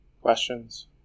Questions